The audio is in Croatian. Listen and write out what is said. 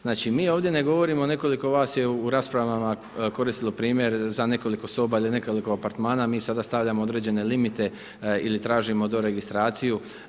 Znači mi ovdje govorimo, nekoliko vas je u raspravama koristilo primjer za nekoliko soba ili nekoliko apartmana, mi sada stavljamo određene limite ili tražimo do registraciju.